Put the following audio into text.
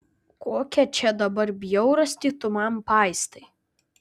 kokią čia dabar bjaurastį tu man paistai